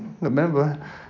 Remember